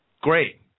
Great